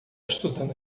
estudando